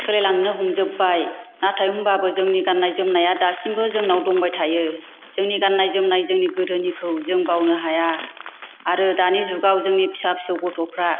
सोलायलांनो हमजोब्बाय नाथाय होनबाबो जोंनि गान्नाय जोमनाया दासिमबो जोंनाव दंबाय थायो जोंनि गान्नाय जोमनाय जोंनि गोदोनिखौ जों बावनो हाया आरो दानि जुगाव जोंनि फिसा फिसौ गथ'फ्रा